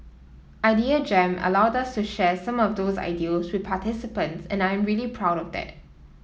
Idea Jam allowed us to share some of those ideals with participants and I am really proud of that